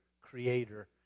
creator